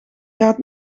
gaat